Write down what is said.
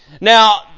Now